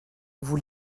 vous